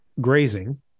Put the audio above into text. grazing